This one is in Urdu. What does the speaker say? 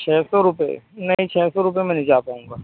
چھ سو روپئے نہیں چھ سو روپئے میں نہیں جا پاؤں گا